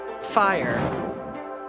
fire